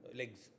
legs